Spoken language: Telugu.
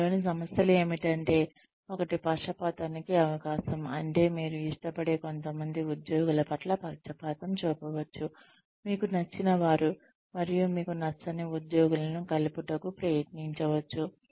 దీనిలోని సమస్యలు ఏమిటంటే ఒకటి పక్షపాతానికి అవకాశం అంటే మీరు ఇష్టపడే కొంతమంది ఉద్యోగుల పట్ల పక్షపాతం చూపవచ్చు మీకు నచ్చిన వారు మరియు మీకు నచ్చని ఉద్యోగులను కలుపుటకు ప్రయత్నించవచ్చు